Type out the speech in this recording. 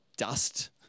Dust